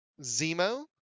Zemo